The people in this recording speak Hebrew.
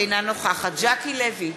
אינה נוכחת ז'קי לוי,